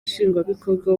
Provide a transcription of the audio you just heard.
nshingwabikorwa